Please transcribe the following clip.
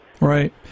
Right